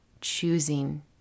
choosing